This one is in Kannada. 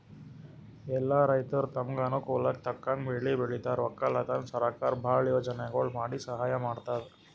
ಎಲ್ಲಾ ರೈತರ್ ತಮ್ಗ್ ಅನುಕೂಲಕ್ಕ್ ತಕ್ಕಂಗ್ ಬೆಳಿ ಬೆಳಿತಾರ್ ವಕ್ಕಲತನ್ಕ್ ಸರಕಾರ್ ಭಾಳ್ ಯೋಜನೆಗೊಳ್ ಮಾಡಿ ಸಹಾಯ್ ಮಾಡ್ತದ್